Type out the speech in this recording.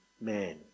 man